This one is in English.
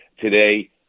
today